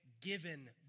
given